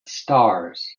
stars